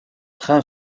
train